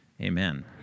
amen